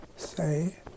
say